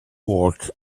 work